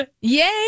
yay